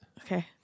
Okay